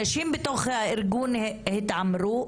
אנשים בתוך הארגון התעמרו,